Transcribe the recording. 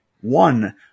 one